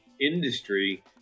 industry